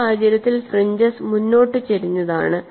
ഈ സാഹചര്യത്തിൽ ഫ്രിഞ്ചെസ് മുന്നോട്ട് ചരിഞ്ഞതാണ്